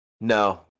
no